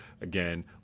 again